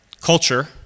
culture